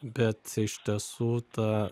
bet iš tiesų ta